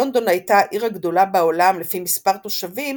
לונדון הייתה העיר הגדולה בעולם לפי מספר תושבים